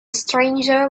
stranger